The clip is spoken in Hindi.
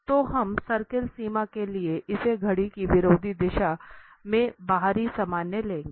तो हम सर्किल सीमा के लिए इसे घड़ी की विरोधी दिशा में बाहरी सामान्य लेंगे